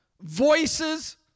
voices